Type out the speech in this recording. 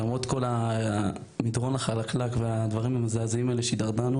למרות המדרון החלקלק והדברים המזעזעים שהידרדרנו